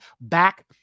back